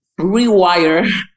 rewire